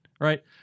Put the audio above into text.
right